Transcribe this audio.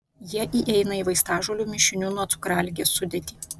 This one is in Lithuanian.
jie įeina į vaistažolių mišinių nuo cukraligės sudėtį